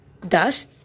Thus